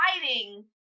fighting